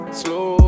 slow